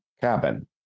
cabin